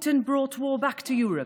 עמיתיי חברי כנסת,